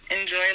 enjoy